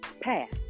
past